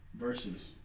Versus